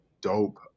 dope